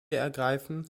ergreifen